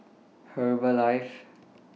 Herbalife